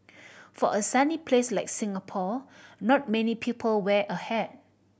for a sunny place like Singapore not many people wear a hat